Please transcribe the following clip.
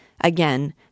again